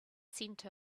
scent